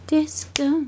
Disco